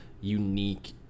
unique